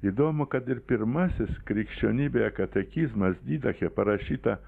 įdomu kad ir pirmasis krikščionybėje katekizmas didahe parašyta